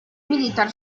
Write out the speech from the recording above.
militar